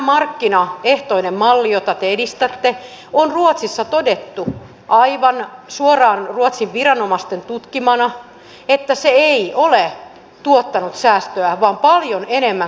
tästä markkinaehtoisesta mallista jota te edistätte on ruotsissa todettu aivan suoraan ruotsin viranomaisten tutkimana että se ei ole tuottanut säästöä vaan paljon enemmän kustannuksia